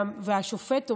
והשופט אומר: